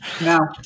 No